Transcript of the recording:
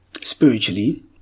Spiritually